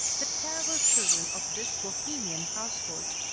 the terrible children of this bohemian household.